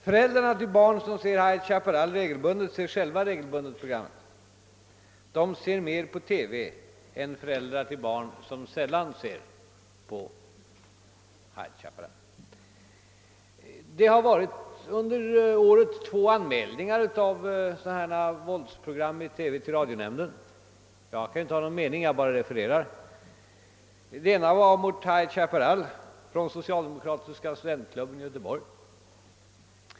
Föräldrarna till barn som ser High Chaparral regelbundet ser själva regelbundet programmen. De ser mer på TV än föräldrar till barn som sällan ser High Chaparral. Under året har det gjorts två anmälningar till radionämnden beträffande våldsinslag i TV-program. Jag kan inte ha någon mening utan refererar till lämnade upplysningar. Den ena anmälan avsåg High Chaparral och gjordes av socialdemokratiska studentklubben i Göteborg.